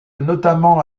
notamment